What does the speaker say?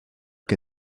que